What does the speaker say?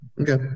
Okay